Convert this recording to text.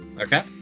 Okay